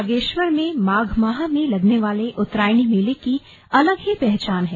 बागेश्वर में माघ माह में लगने वाले उत्तरायणी मेले की अलग ही पहचान है